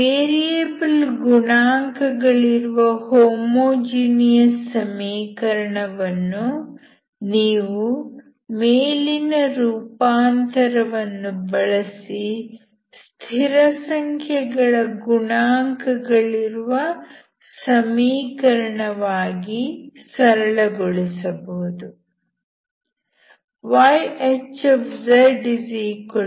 variable ಗುಣಾಂಕಗಳಿರುವ homogeneous ಸಮೀಕರಣವನ್ನು ನೀವು ಮೇಲಿನ ರೂಪಾಂತರವನ್ನು ಬಳಸಿ ಸ್ಥಿರಸಂಖ್ಯೆಗಳ ಗುಣಾಂಕಗಳಿರುವ ಸಮೀಕರಣವಾಗಿ ಸರಳಗೊಳಿಸಬಹುದು